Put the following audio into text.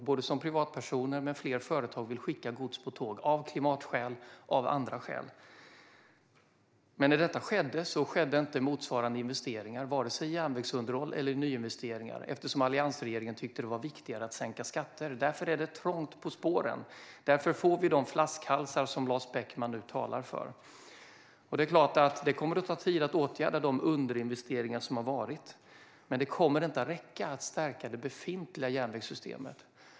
Fler privatpersoner vill åka tåg, men fler företag vill också skicka gods på tåg av klimatskäl och av andra skäl. Men när detta skedde skedde inte motsvarande investeringar, vare sig i järnvägsunderhåll eller i nyinvesteringar, eftersom alliansregeringen tyckte att det var viktigare att sänka skatter. Därför är det trångt på spåren, och därför får vi de flaskhalsar som Lars Beckman nu talar om. Det är klart att det kommer att ta tid att åtgärda de underinvesteringar som har varit. Men det kommer inte att räcka att stärka det befintliga järnvägssystemet.